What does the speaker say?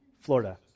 Florida